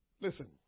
Listen